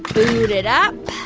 boot it up.